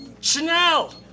Chanel